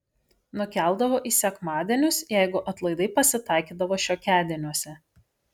nukeldavo į sekmadienius jeigu atlaidai pasitaikydavo šiokiadieniuose